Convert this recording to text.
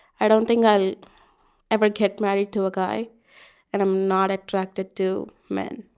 i don't think i'll ever get married to a guy and i'm not attracted to men.